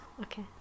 Okay